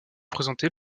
représenté